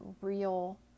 real